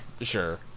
Sure